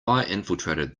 infiltrated